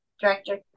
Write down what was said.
director